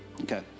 Okay